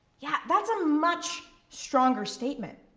yeah, that's a much stronger statement.